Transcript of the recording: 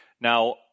Now